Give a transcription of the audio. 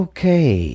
Okay